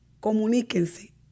comuníquense